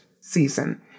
season